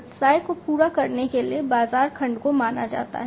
व्यवसाय को पूरा करने के लिए बाजार खंड को माना जाता है